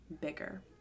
bigger